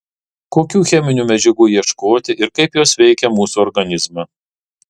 kokių cheminių medžiagų ieškoti ir kaip jos veikia mūsų organizmą